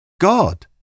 God